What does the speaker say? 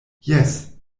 jes